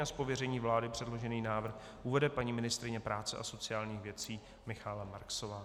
Z pověření vlády předložený návrh uvede paní ministryně práce a sociálních věcí Michaela Marksová.